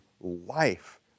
life